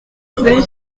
rue